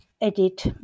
edit